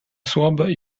słabe